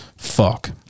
Fuck